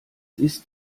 ist